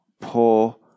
poor